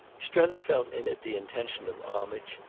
strether felt in it the intention of homage,